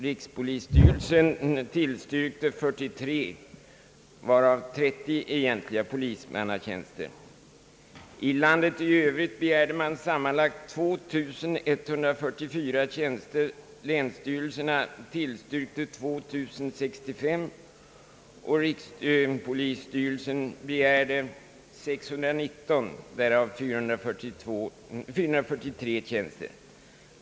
Rikspolisstyrelsen tillstyrkte 43, varav 30 egentliga polismannatjänster. I landet i övrigt har man begärt sammanlagt 2144 nya tjänster. Länsstyrelserna tillstyrkte 2 065. Rikspolisstyrelsen begärde 619, varav 443 egentliga polismannatjänster.